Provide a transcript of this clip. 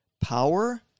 power